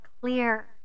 clear